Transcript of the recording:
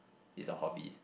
is a hobby